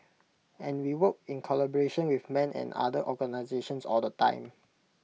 and we work in collaboration with men and other organisations all the time